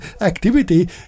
activity